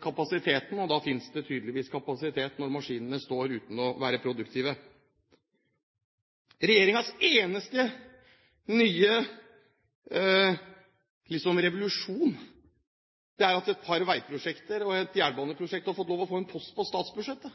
kapasitet, og da finnes det tydeligvis kapasitet når maskinene står uten å være produktive. Regjeringens eneste nye revolusjon er at et par veiprosjekter og et jernbaneprosjekt har fått lov til å få en post på statsbudsjettet,